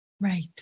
Right